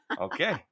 okay